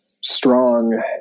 strong